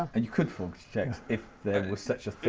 and you could forge checks if there were such a thing